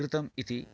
कृतम् इति